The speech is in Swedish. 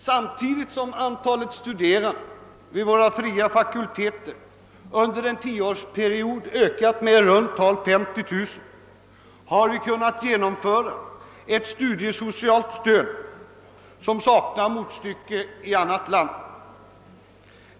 Samtidigt som antalet studerande vid våra fria fakulteter under en tioårsperiod ökade med i runt tal 50 000, har vi kunnat genomföra ett studiesocialt stöd som saknar motstycke i annat land.